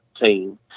team